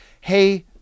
Hey